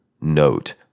note